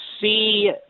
see